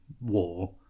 war